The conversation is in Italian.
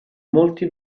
molti